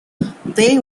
they